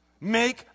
make